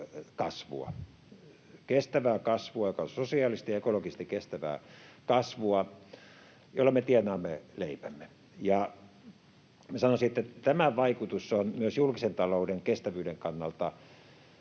kestävää kasvua, joka on sosiaalisesti ja ekologisesti kestävää kasvua, jolla me tienaamme leipämme. Sanoisin, että tämän vaikutus on myös julkisen talouden kestävyyden kannalta